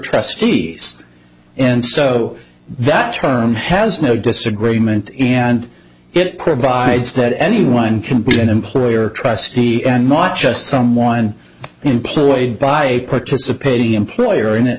trustees and so that term has no disagreement and it provides that anyone can be an employer trustee and not just someone employed by a participating employer in it